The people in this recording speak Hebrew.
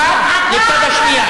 אחת לצד השנייה.